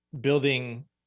building